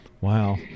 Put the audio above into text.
Wow